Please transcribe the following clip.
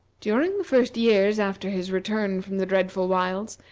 during the first years after his return from the dreadful wilds,